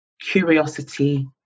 curiosity